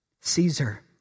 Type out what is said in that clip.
Caesar